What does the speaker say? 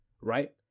right